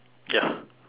ya